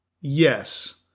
Yes